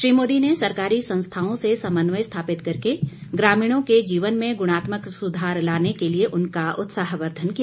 श्री मोदी ने सरकारी संस्थाओं से समन्वय स्थापित करके ग्रामीणों के जीवन में गुणात्मक सुधार लाने के लिए उनका उत्साहवर्धन किया